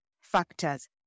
factors